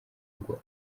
ngo